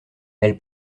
elle